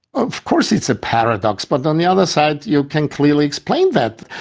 of course it's a paradox, but on the other side you can clearly explain that.